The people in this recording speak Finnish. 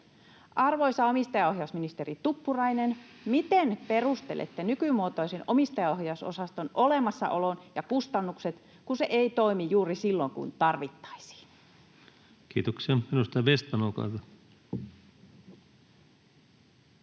Arvoisa omistajaohjausministeri Tuppurainen: Miten perustelette nykymuotoisen omistajaohjausosaston olemassaolon ja kustannukset, kun se ei toimi juuri silloin, kun tarvittaisiin? Kiitoksia. — Edustaja Vestman, olkaa